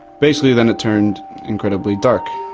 basically then it turned incredibly dark.